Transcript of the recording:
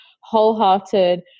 wholehearted